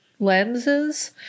lenses